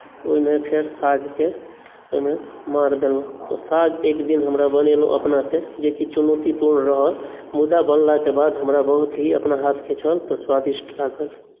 ओहिमे फेर सागके ओहिमे माँड़ देलहुँ साग एकदिन हमरा बनेलहुँ अपनासँ जेकि चुनौतीपूर्ण रहल मुदा बनलाक बाद हमरा बहुत ही हमरा अपना हाथक छल से बहुत स्वादिष्ट लागल